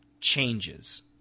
changes